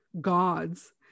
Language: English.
gods